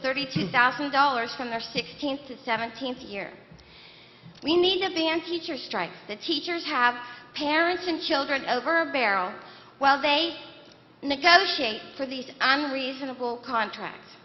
thirty two thousand dollars from their sixteen to seventeen year we need a band teacher strike the teachers have parents and children over a barrel while they negotiate for these on reasonable contracts